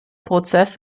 prozess